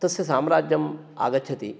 तस्य साम्राज्यम् आगच्छति